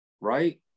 right